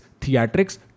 theatrics